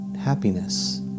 happiness